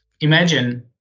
Imagine